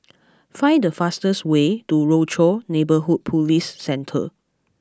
find the fastest way to Rochor Neighborhood Police Centre